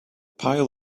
pile